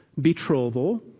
betrothal